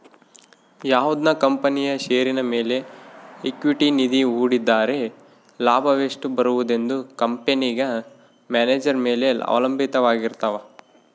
ಯಾವುದನ ಕಂಪನಿಯ ಷೇರಿನ ಮೇಲೆ ಈಕ್ವಿಟಿ ನಿಧಿ ಹೂಡಿದ್ದರೆ ಲಾಭವೆಷ್ಟು ಬರುವುದೆಂದು ಕಂಪೆನೆಗ ಮ್ಯಾನೇಜರ್ ಮೇಲೆ ಅವಲಂಭಿತವಾರಗಿರ್ತವ